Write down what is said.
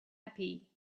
happy